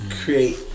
create